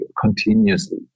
continuously